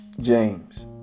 James